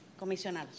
comisionados